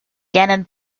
gannon